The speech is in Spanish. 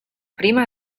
prima